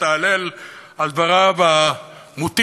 את ההלל על דבריו המוטים,